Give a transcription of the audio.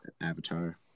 Avatar